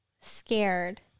scared